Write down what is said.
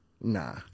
Nah